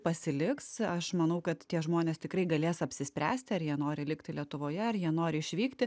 pasiliks aš manau kad tie žmonės tikrai galės apsispręsti ar jie nori likti lietuvoje ar jie nori išvykti